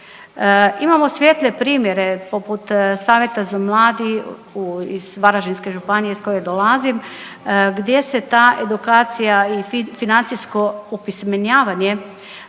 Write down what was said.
Imamo svijetle primjere poput Savjeta za mlade iz Varaždinske županije iz koje dolazim gdje se ta edukacija i financijsko opismenjavanje